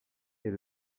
est